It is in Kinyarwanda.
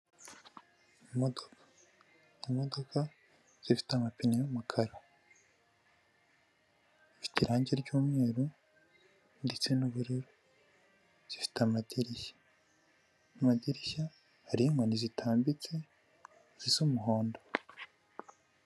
Imodoka, imodoka zifite amapine y'umukara, ifite irangi ry'umweru ndetse n'ubururu. Zifite amadirishya, madirishya hariho inkoni zitambitse zisa umuhondo.